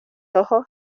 ojos